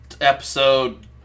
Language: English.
episode